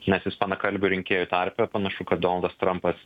nes ispanakalbių rinkėjų tarpe panašu kad donaldas trampas